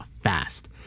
fast